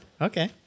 Okay